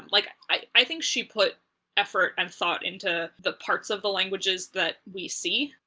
like, i think she put effort and thought into the parts of the languages that we see,